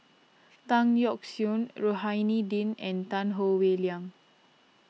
Tan Yeok Seong Rohani Din and Tan Howe Liang